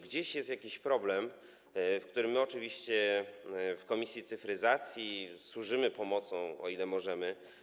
Gdzieś jest jakiś problem i my oczywiście w komisji cyfryzacji służymy pomocą, o ile możemy.